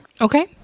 Okay